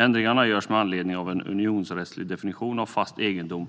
Ändringarna görs med anledning av att en unionsrättslig definition av fast egendom